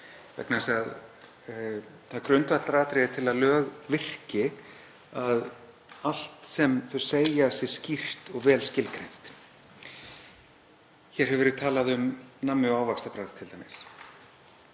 þess að það er grundvallaratriði til að lög virki að allt sem þau segja sé skýrt og vel skilgreint. Hér hefur verið talað um nammi- og ávaxtabragð, dálítið